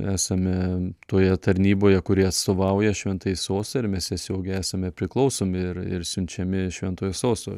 esame toje tarnyboje kuri atstovauja šventąjį sostą ir mes tiesiogiai esame priklausomi ir ir siunčiami šventojo sosto